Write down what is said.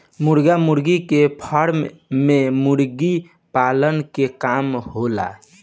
मुर्गा मुर्गी के फार्म में मुर्गी पालन के काम होला